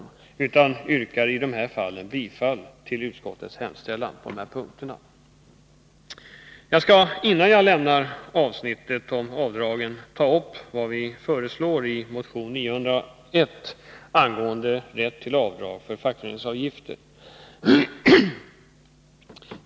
På dessa punkter yrkar vi därför bifall till utskottets hemställan. Innan jag lämnar avsnittet om avdragen skall jag beröra vad vi föreslår i motion 901 angående rätt till avdrag för fackföreningsavgifter.